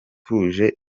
tuje